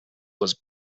was